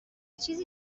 چیزی